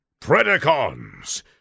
Predacons